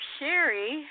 Sherry